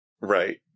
Right